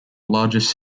largest